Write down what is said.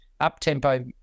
up-tempo